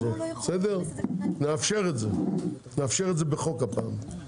נאפשר את זה בחוק הפעם,